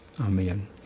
Amen